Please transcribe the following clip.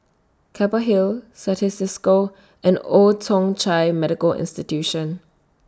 Keppel Hill Certis CISCO and Old Thong Chai Medical Institution